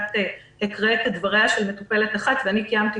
את הקראת את דבריה של מטופלת אחת ואני קיימתי